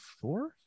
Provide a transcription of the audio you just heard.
four